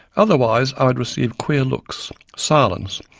otherwise i would receive queer looks, silence,